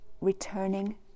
returning